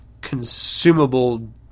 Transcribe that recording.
consumable